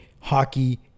hockey